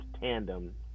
tandem